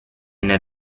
nel